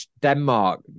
Denmark